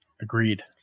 Agreed